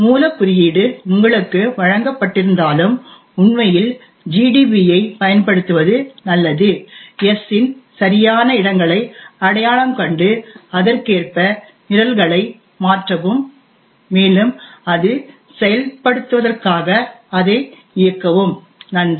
எனவே மூலக் குறியீடு உங்களுக்கு வழங்கப்பட்டிருந்தாலும் உண்மையில் GDB ஐப் பயன்படுத்துவது நல்லது s இன் சரியான இடங்களை அடையாளம் கண்டு அதற்கேற்ப நிரல்களை மாற்றவும் மேலும் அது செயல்படுத்துவதற்காக அதை இயக்கவும்நன்றி